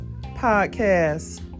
podcast